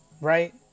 right